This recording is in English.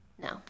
No